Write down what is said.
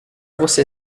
você